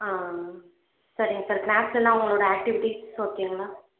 ஆ சரிங்க சார் கிளாஸுலலாம் அவங்களோட ஆக்டிவிட்டீஸ் ஓகேங்களா